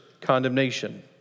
condemnation